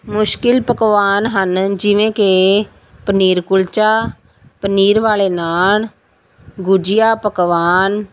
ਮੁਸ਼ਕਿਲ ਪਕਵਾਨ ਹਨ ਜਿਵੇਂ ਕਿ ਪਨੀਰ ਕੁਲਚਾ ਪਨੀਰ ਵਾਲੇ ਨਾਨ ਗੁਜੀਆ ਪਕਵਾਨ